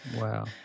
Wow